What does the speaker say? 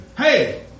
Hey